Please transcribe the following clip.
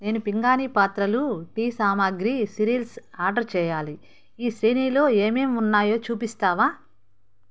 నేను పింగాణీ పాత్రలు టీ సామాగ్రి సిరీల్స్ ఆర్డర్ చేయాలి ఈ శ్రేణిలో ఏమేం ఉన్నాయో చూపిస్తావా